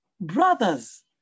brothers